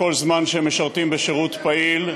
כל זמן שהם משרתים בשירות פעיל,